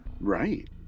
Right